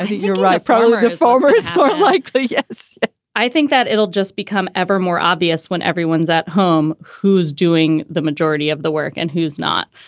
you're right. problem solvers are like, yes i think that it'll just become ever more obvious when everyone's at home who's doing the majority of the work and who's not.